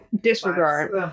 Disregard